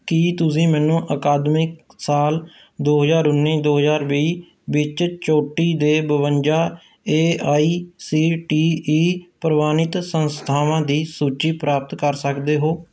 ਕੀ ਤੁਸੀਂ ਮੈਨੂੰ ਅਕਾਦਮਿਕ ਸਾਲ ਦੋ ਹਜ਼ਾਰ ਉੱਨੀ ਦੋ ਹਜ਼ਾਰ ਵੀਹ ਵਿੱਚ ਚੋਟੀ ਦੇ ਬਵੰਜਾ A I C T E ਪ੍ਰਵਾਨਿਤ ਸੰਸਥਾਵਾਂ ਦੀ ਸੂਚੀ ਪ੍ਰਾਪਤ ਕਰ ਸਕਦੇ ਹੋ